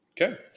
Okay